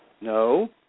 no